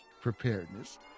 preparedness